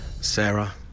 Sarah